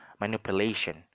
manipulation